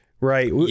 Right